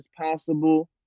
possible